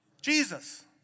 Jesus